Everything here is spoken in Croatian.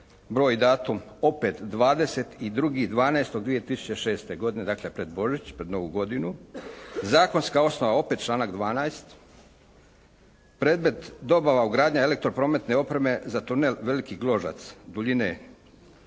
broj i datum opet 22.12.2006. godine, dakle pred Božić, pred Novu godinu. Zakonska osnova opet članak 12. Predmet dobava ugradnja elektroprometne opreme za tunel Veliki Gložac, duljine